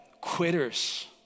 quitters